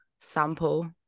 sample